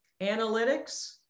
analytics